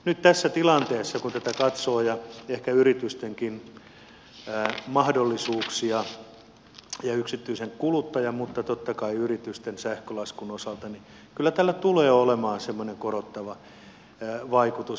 nyt kun tässä tilanteessa tätä ja ehkä yritystenkin mahdollisuuksia katsoo sekä yksityisen kuluttajan mutta totta kai yritysten sähkölaskun osalta niin kyllä tällä tulee olemaan semmoinen korottava vaikutus